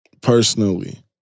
Personally